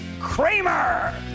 Kramer